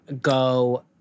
go